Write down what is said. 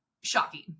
Shocking